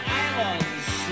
islands